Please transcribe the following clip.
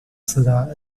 será